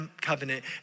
covenant